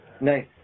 Nice